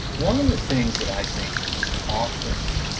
one of the things that i think is often